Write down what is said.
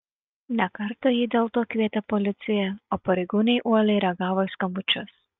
ne kartą ji dėl to kvietė policiją o pareigūnai uoliai reagavo į skambučius